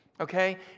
Okay